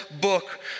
book